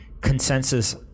consensus